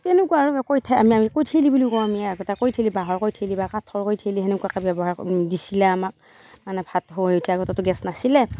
তেনেকুৱা আৰু কৈথা আমি কৈথেলি বুলিও কওঁ আমি আগতে কৈথেলি বাঁহৰ কৈথেলি বা কাঠৰ কৈথেলি তেনেকুৱাকে ব্যৱহাৰ দিছিলে আমাক মানে ভাত হৈ উঠি আগতে ত' গেছ নাছিলে